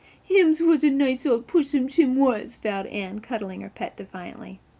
him was a nice old pussens, him was, vowed anne, cuddling her pet defiantly.